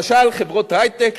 למשל חברות היי-טק,